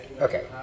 Okay